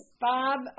Bob